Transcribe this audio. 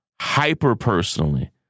hyper-personally